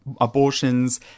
abortions